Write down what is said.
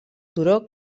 turó